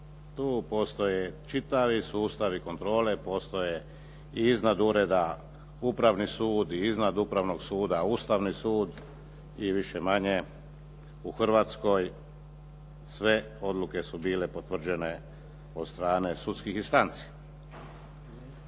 Tu postoje čitavi sustavi kontrole, postoje i iznad ureda Upravni sud i iznad Upravnog suda Ustavni sud i više-manje u Hrvatskoj sve odluke su bile potvrđene od strane sudskih instanci.